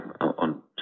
on